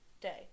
day